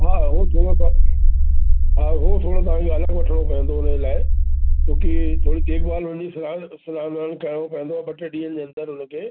हा ओ थोरो हा हो थोरो तव्हांखे अलॻि वठिणो पवंदो हुन लाइ छो की थोरी देखबाल हुनजी स्नानु स्नानु ॿिनान कराइणो पवंदो ॿ ते ॾींहनि जे अंदरि उनखे